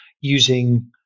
using